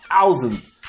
thousands